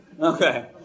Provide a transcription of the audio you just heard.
Okay